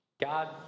God